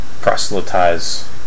proselytize